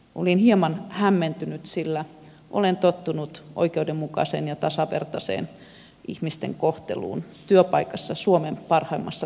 olin hieman hämmentynyt sillä olen tottunut oikeudenmukaiseen ja tasavertaiseen ihmisten kohteluun suomen parhaimmassa työpaikassa